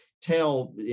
tell